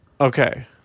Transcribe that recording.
okay